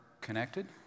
connected